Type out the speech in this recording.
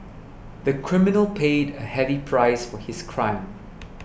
the criminal paid a heavy price for his crime